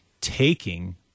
taking